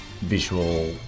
visual